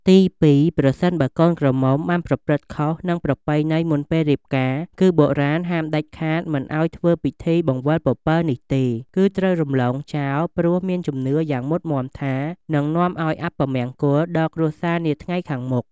ទីពីរ ប្រសិនបើកូនក្រមុំបានប្រព្រឹត្តខុស នឹងប្រពៃណីមុនពេលរៀបការ គឺបុរាណហាមដាច់ខាតមិនឱ្យធ្វើ ពិធីបង្វិលពពិលនេះទេ គឺត្រូវរំលងចោលព្រោះមានជំនឿយ៉ាងមុតមាំថានឹងនាំឱ្យអពមង្គលដល់គ្រួសារនាថ្ងៃខាងមុខ ។